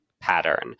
pattern